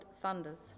thunders